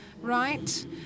right